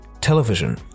television